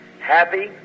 happy